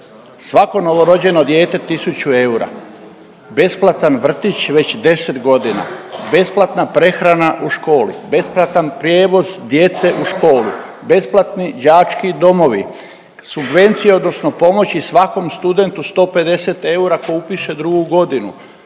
Svako novorođeno dijete 1000 eura, besplatan vrtić već 10 godina, besplatna prehrana u školi, besplatan prijevoz djece u školu, besplatni đački domovi, subvencije, odnosno pomoći svakom studentu 150 eura ako upiše drugu godinu,